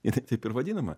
jinai taip ir vadinama